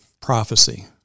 prophecy